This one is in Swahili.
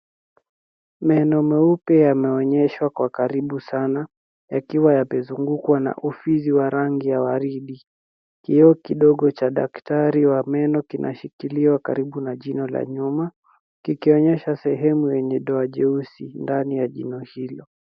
Meno meupe yameonyeshwa kwa karibu sana, yakiwa yamezungukwa na ufizi wa rangi ya waridi. Kioo kidogo cha daktari wa meno kinashikiliwa karibu na jino la nyuma, kikionyesha sehemu yenye doa jeusi, ndani ya jino hilo.